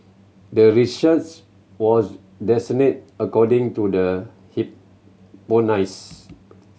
the research was according to the